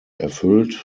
erfüllt